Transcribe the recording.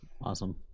Awesome